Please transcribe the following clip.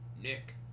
Nick